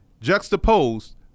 Juxtaposed